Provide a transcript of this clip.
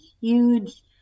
huge